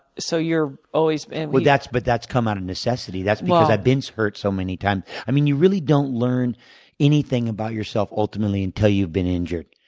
so you're always that's but that's come out of necessity. that's because i've been hurt so many times. i mean, you really don't learn anything about yourself ultimately until you've been injured.